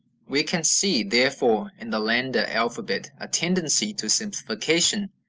we can see, therefore, in the landa alphabet a tendency to simplification.